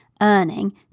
earning